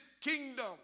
kingdom